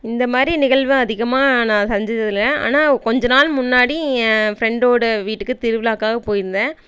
இந்த மாதிரி நிகழ்வு அதிகமாக நான் சந்ஜிது இல்லை ஆனால் கொஞ்ச நாள் முன்னாடி ஏன் ஃப்ரெண்டோட வீட்டுக்கு திருவிழாக்காக போயிருந்தேன்